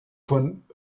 von